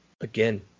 again